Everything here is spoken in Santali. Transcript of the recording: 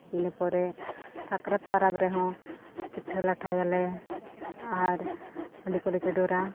ᱤᱱᱟᱹ ᱯᱚᱨᱮ ᱥᱟᱠᱨᱟᱛ ᱯᱟᱨᱟᱵᱽ ᱨᱮᱦᱚᱸ ᱯᱤᱴᱷᱟᱹ ᱞᱟᱴᱷᱟᱭᱟᱞᱮ ᱟᱨ ᱦᱟᱺᱰᱤ ᱠᱚᱞᱮ ᱪᱚᱰᱚᱨᱟ